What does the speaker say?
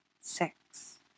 Six